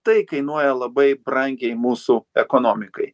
tai kainuoja labai brangiai mūsų ekonomikai